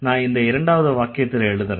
நான் இந்த இரண்டாவது வாக்கியத்துல எழுதறேன்